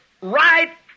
right